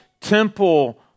temple